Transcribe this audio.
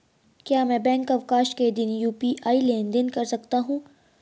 क्या मैं बैंक अवकाश के दिन यू.पी.आई लेनदेन कर सकता हूँ?